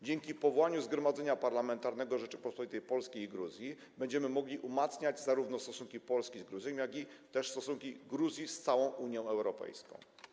Dzięki powołaniu Zgromadzenia Parlamentarnego Rzeczypospolitej Polskiej i Gruzji będziemy mogli umacniać zarówno stosunki Polski z Gruzją, jak też stosunki Gruzji z całą Unią Europejską.